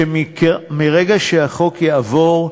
שמרגע שהחוק יעבור,